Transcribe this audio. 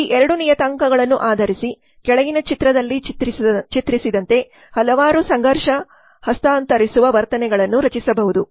ಈ 2 ನಿಯತಾಂಕಗಳನ್ನು ಆಧರಿಸಿ ಕೆಳಗಿನ ಚಿತ್ರದಲ್ಲಿ ಚಿತ್ರಿಸಿದಂತೆ ಹಲವಾರು ಸಂಘರ್ಷ ಹಸ್ತಾಂತರಿಸುವ ವರ್ತನೆಗಳನ್ನು ರಚಿಸಬಹುದು